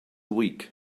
week